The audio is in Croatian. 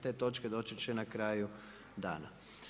Te točke doći će na kraju dana.